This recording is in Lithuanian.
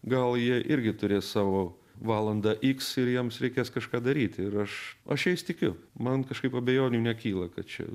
gal jie irgi turės savo valandą x ir jiems reikės kažką daryti ir aš aš jais tikiu man kažkaip abejonių nekyla kad čia